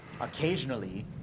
Occasionally